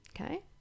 Okay